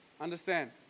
Understand